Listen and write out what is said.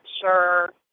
sure